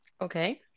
Okay